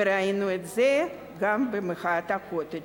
וראינו את זה גם ב"מחאת הקוטג'".